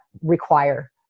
require